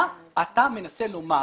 מה אתה מנסה לומר